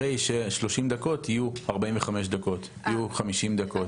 הרי ששלושים דקות יהיו 45 דקות או 50 דקות?